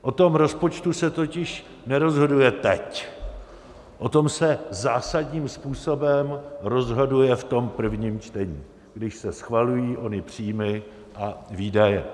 O tom rozpočtu se totiž nerozhoduje teď, o tom se zásadním způsobem rozhoduje v prvním čtení, když se schvalují ony příjmy a výdaje.